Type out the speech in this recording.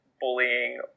bullying